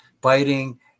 biting